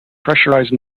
pressurised